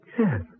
Yes